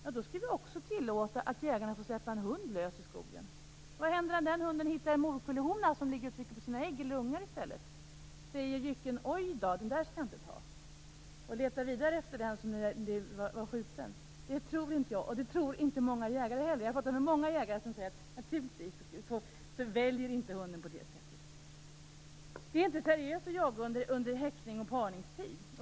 Då skall vi också tillåta att jägarna får släppa hundar lösa i skogen. Vad händer om en hund hittar en morkullehona som ligger och trycker på sina ägg eller ungar? Säger hunden "oj, den skall jag inte ta" och letar vidare efter den fågel som är skjuten? Det tror inte jag, och inte heller många jägare. Jag har pratat med många jägare, som säger att hunden naturligtvis inte väljer på det sättet. Det är inte seriöst att jaga under häcknings och parningstid.